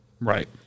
Right